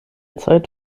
zeit